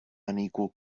unequal